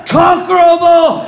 conquerable